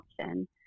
option